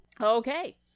Okay